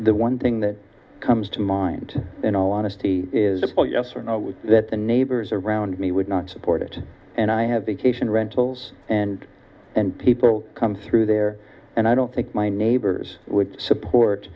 the one thing that comes to mind in all honesty is a poll yes or no was that the neighbors around me would not support it and i have the cation rentals and and people come through there and i don't think my neighbors would support